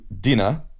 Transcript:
dinner